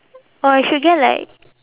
or I should get like